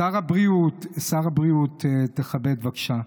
שר הבריאות, שר הבריאות, תכבד, בבקשה.